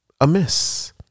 amiss